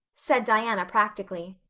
said diana practically.